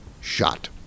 shot